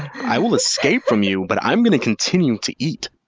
i will escape from you, but i'm going to continue to eat.